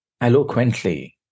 eloquently